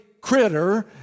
critter